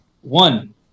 one